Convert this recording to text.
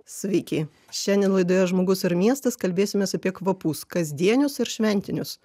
sveiki šiandien laidoje žmogus ir miestas kalbėsimės apie kvapus kasdienius ir šventinius